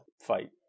fight